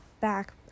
back